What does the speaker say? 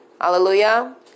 Hallelujah